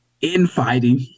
infighting